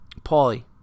Paulie